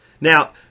Now